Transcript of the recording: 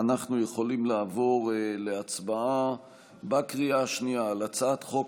אנחנו יכולים לעבור להצבעה בקריאה השנייה על הצעת חוק